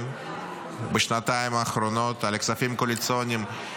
בשנתיים האחרונות על כספים קואליציוניים,